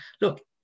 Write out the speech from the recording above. look